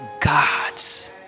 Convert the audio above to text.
God's